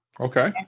Okay